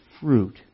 fruit